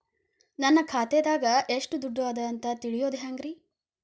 ನನ್ನ ಖಾತೆದಾಗ ಎಷ್ಟ ದುಡ್ಡು ಅದ ಅಂತ ತಿಳಿಯೋದು ಹ್ಯಾಂಗ್ರಿ?